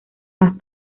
más